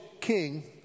king